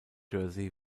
jersey